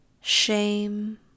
shame